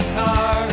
car